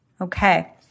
Okay